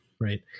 right